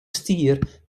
stier